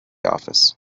office